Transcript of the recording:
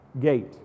gate